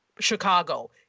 Chicago